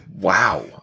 Wow